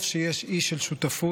טוב שיש אי של שותפות.